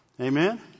Amen